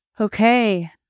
Okay